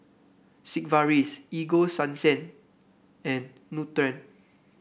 Sigvaris Ego Sunsense and Nutren